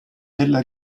della